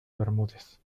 bermúdez